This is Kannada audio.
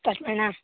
ಸ್ಟಾರ್ಟ್ ಮಾಡಣ